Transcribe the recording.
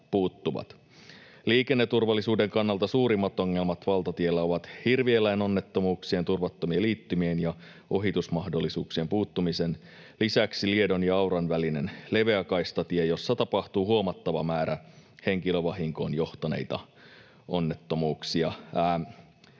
Liikenneturvallisuuden kannalta suurimpia ongelmia valtatiellä on hirvieläinonnettomuuksien, turvattomien liittymien ja ohitusmahdollisuuksien puuttumisen lisäksi Liedon ja Auran välinen leveäkaistatie, jossa tapahtuu huomattava määrä henkilövahinkoon johtaneita onnettomuuksia.